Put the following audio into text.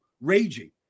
raging